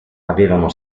avevano